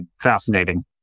Fascinating